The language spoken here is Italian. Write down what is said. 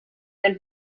del